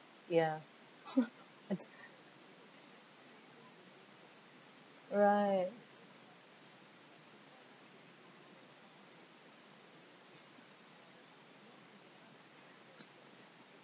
ya !huh! that's right